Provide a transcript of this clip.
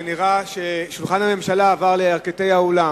זה נראה ששולחן הממשלה עבר לירכתי האולם.